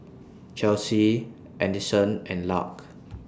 Chelsea Adyson and Lark